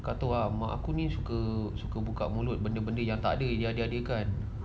kata orang mak aku ini suka buka mulut benda-benda yang tak ada yang ada-adakan